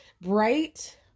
bright